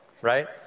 right